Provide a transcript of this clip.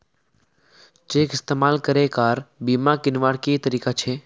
Cheque इस्तेमाल करे car बीमा कीन्वार की तरीका छे?